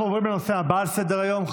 אנחנו עוברים לנושא הבא על סדר-היום,